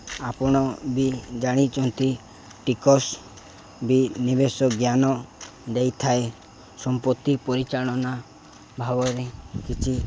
ଆପଣ ବି ଜାଣିଚନ୍ତି ଟିକସ୍ ବି ନିବେଶ ଜ୍ଞାନ ଦେଇଥାଏ ସମ୍ପତ୍ତି ପରିଚାଳନା ଭାବରେ କିଛି